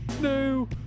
No